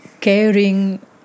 caring